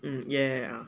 mm yeah